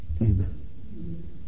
Amen